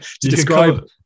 describe